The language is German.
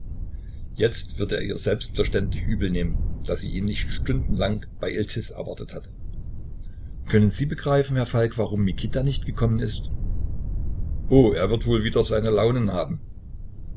jetzt wird er ihr selbstverständlich übel nehmen daß sie ihn nicht stunden lang bei iltis erwartet hatte können sie begreifen herr falk warum mikita nicht gekommen ist oh er wird wohl wieder seine launen haben